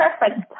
perfect